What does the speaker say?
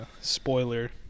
Spoiler